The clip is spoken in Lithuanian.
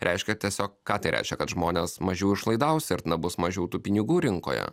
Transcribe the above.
reiškia tiesiog ką tai reiškia kad žmonės mažiau išlaidaus ir na bus mažiau tų pinigų rinkoje